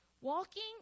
walking